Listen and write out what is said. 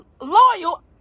loyal